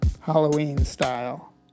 Halloween-style